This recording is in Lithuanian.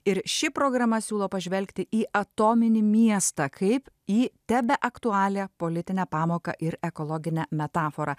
ir ši programa siūlo pažvelgti į atominį miestą kaip į tebeaktualią politinę pamoką ir ekologinę metaforą